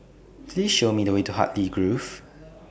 Please Show Me The Way to Hartley Grove